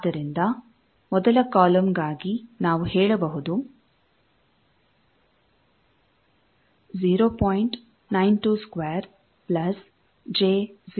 ಆದ್ದರಿಂದ ಮೊದಲ ಕಾಲಮ್ಗಾಗಿ ನಾವು ಹೇಳಬಹುದು |0